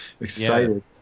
Excited